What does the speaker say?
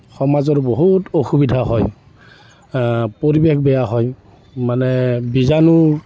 সমাজৰ বহুত অসুবিধা হয় পৰিৱেশ বেয়া হয় মানে বীজাণুৰ